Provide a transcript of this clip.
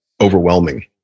overwhelming